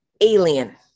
alien